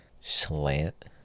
slant